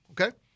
Okay